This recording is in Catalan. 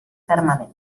fermament